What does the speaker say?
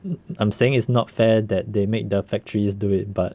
um I'm saying it's not fair that they make the factories do it but